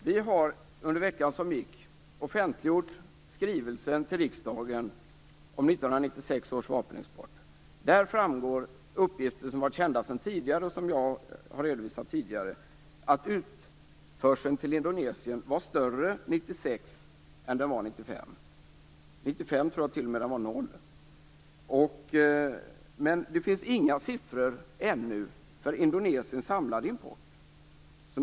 Fru talman! Under veckan som gick har vi offentliggjort för riksdagen skrivelsen om 1996 års vapenexport. Där framgår uppgifter som har varit kända sedan tidigare och som jag har redovisat, om att utförseln till Indonesien var större 1996 än 1995. Jag tror t.o.m. att den var noll 1995. Det finns ännu inga siffror för Indonesiens samlade import.